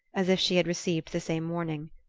as if she had received the same warning.